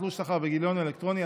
תלוש שכר וגיליון אלקטרוני),